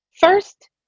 first